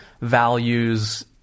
values